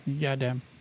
Goddamn